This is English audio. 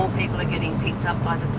people are getting picked up by